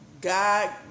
God